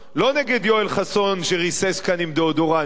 לא נגד יואל חסון, שריסס כאן עם דאודורנטים.